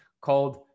called